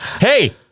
Hey